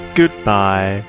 Goodbye